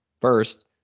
first